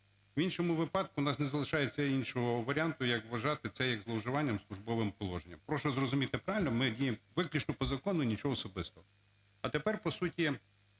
В іншому випадку у нас не залишається іншого варіанту, як вважати це як зловживанням службовим положенням. Прошу зрозуміти правильно, ми діємо виключно по закону і нічого особистого. А тепер по суті